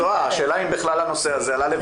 השאלה אם בכלל הנושא הזה עלה לוועדת חריגים.